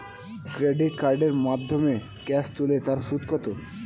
Credit কার্ডের মাধ্যমে cash তুলে তার সুদ কত?